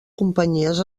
companyies